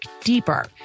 deeper